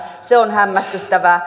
se on hämmästyttävää